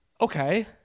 Okay